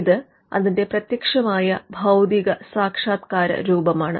ഇത് അതിന്റെ പ്രത്യക്ഷമായ ഭൌതികസാക്ഷാത്ക്കാര രൂപമാണ്